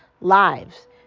lives